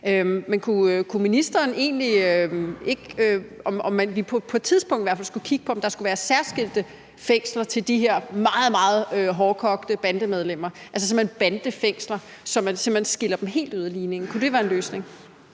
Men skulle vi ikke på et tidspunkt i hvert fald kigge på, om der skulle være særskilte fængsler til de her meget, meget hårdkogte bandemedlemmer, altså simpelt hen bandefængsler, så man simpelt hen tager dem helt ud af ligningen. Kunne det være en løsning?